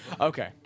Okay